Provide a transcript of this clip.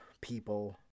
people